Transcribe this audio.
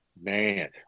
Man